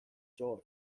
joy